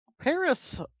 Paris